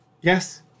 Yes